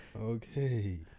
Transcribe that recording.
Okay